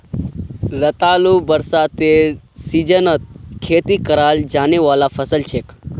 रतालू बरसातेर सीजनत खेती कराल जाने वाला फसल छिके